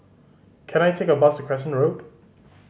can I take a bus Crescent Road